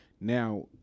Now